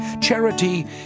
Charity